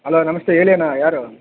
hello ನಮಸ್ತೆ ಹೇಳಿ ಅಣ್ಣ ಯಾರು